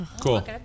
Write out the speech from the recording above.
Cool